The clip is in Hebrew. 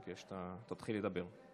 תתחיל לדבר.